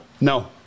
No